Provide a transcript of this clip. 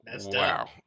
wow